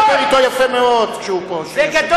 חייבים להבין שאנו